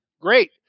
Great